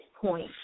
point